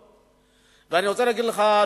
אני רוצה להגיד לך,